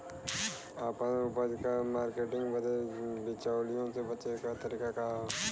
आपन उपज क मार्केटिंग बदे बिचौलियों से बचे क तरीका का ह?